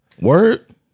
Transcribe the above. Word